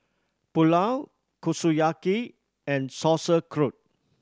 Pulao Kushiyaki and Sauerkraut